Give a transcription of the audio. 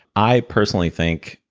i personally, think.